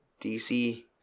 DC